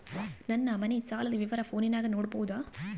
ನನ್ನ ಮನೆ ಸಾಲದ ವಿವರ ಫೋನಿನಾಗ ನೋಡಬೊದ?